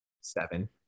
seven